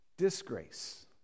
Disgrace